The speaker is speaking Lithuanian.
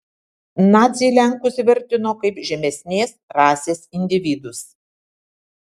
naciai lenkus vertino kaip žemesnės rasės individus